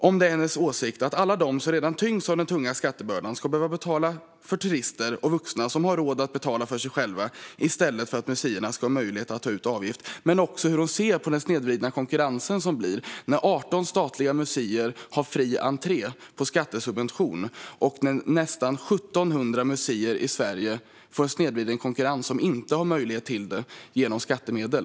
Är det hennes åsikt att alla som redan tyngs av den tunga skattebördan ska behöva betala för turister och vuxna som har råd att betala för sig själva, i stället för att museerna ska ha möjlighet att ta ut avgift? Och hur ser hon på den snedvridna konkurrens som det blir när 18 statliga museer har fri entré med skattesubvention och nästan 1 700 museer i Sverige inte har denna möjlighet genom skattemedel?